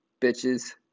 bitches